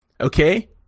Okay